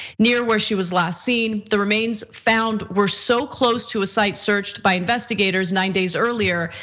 near where she was last seen. the remains found were so close to a site searched by investigators nine days earlier,